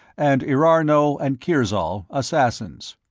and erarno and kirzol, assassins.